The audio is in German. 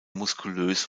muskulös